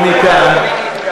היום המחירים לא עולים.